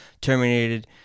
terminated